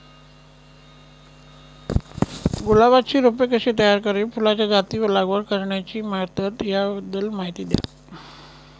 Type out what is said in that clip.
गुलाबाची रोपे कशी तयार करावी? फुलाच्या जाती व लागवड करण्याची पद्धत याविषयी माहिती द्या